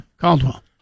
Caldwell